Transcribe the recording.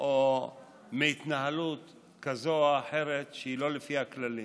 או מהתנהלות כזאת או אחרת שהיא לא לפי הכללים.